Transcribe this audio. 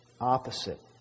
opposite